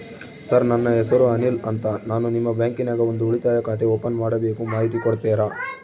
Sir ನನ್ನ ಹೆಸರು ಅನಿಲ್ ಅಂತ ನಾನು ನಿಮ್ಮ ಬ್ಯಾಂಕಿನ್ಯಾಗ ಒಂದು ಉಳಿತಾಯ ಖಾತೆ ಓಪನ್ ಮಾಡಬೇಕು ಮಾಹಿತಿ ಕೊಡ್ತೇರಾ?